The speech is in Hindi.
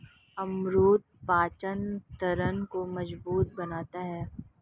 अमरूद पाचन तंत्र को मजबूत बनाता है